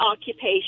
occupation